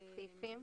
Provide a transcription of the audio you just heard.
הסעיפים.